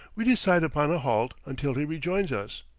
we decide upon a halt until he rejoins us.